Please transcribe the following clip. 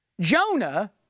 Jonah